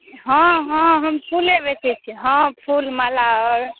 हँ हँ हम फूले बेचै छियै हँ फूल माला आओर